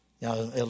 Now